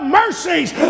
mercies